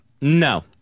No